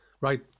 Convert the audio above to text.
right